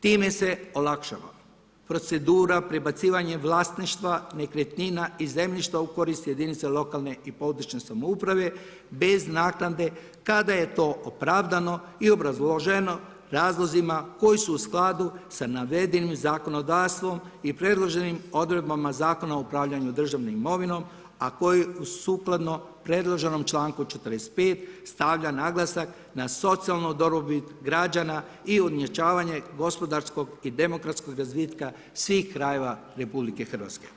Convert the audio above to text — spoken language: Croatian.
Time se olakšava procedura prebacivanja vlasništva nekretnina i zemljišta u korist jedinica lokalne i područne samouprave bez naknade kada je to opravdano i obrazloženo razlozima koji su u skladu sa navedenim zakonodavstvom i predloženim odredbama Zakona o upravljanju državnom imovinom, a koji sukladno predloženom čl. 45. stavlja naglasak na socijalnu dobrobit građana i ujednačavanje gospodarskog i demografskog razvitka svih krajeva HR.